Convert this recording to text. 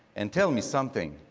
and tell me something,